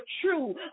true